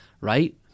right